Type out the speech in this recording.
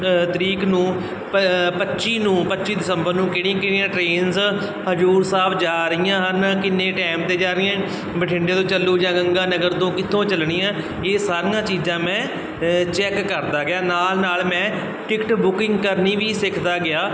ਤਰੀਕ ਨੂੰ ਪ ਪੱਚੀ ਨੂੰ ਪੱਚੀ ਦਸੰਬਰ ਨੂੰ ਕਿਹੜੀਆਂ ਕਿਹੜੀਆਂ ਟ੍ਰੇਨਸ ਹਜ਼ੂਰ ਸਾਹਿਬ ਜਾ ਰਹੀਆਂ ਹਨ ਕਿੰਨੇ ਟਾਈਮ 'ਤੇ ਜਾਣੀਆਂ ਬਠਿੰਡੇ ਤੋਂ ਚੱਲੂ ਜਾਂ ਗੰਗਾ ਨਗਰ ਤੋਂ ਕਿੱਥੋਂ ਚੱਲਣੀਆਂ ਇਹ ਸਾਰੀਆਂ ਚੀਜ਼ਾਂ ਮੈਂ ਚੈੱਕ ਕਰਦਾ ਗਿਆ ਨਾਲ ਨਾਲ ਮੈਂ ਟਿਕਟ ਬੁਕਿੰਗ ਕਰਨੀ ਵੀ ਸਿੱਖਦਾ ਗਿਆ